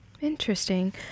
Interesting